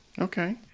Okay